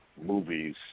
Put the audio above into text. movies